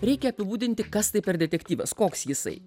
reikia apibūdinti kas tai per detektyvas koks jisai